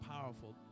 powerful